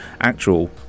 actual